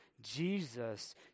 Jesus